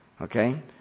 Okay